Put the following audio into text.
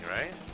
right